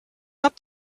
not